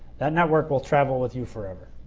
that network will travel with you forever.